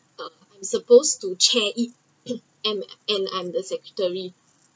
I‘m supposed to chair it and I’m I'm the secretary